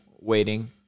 waiting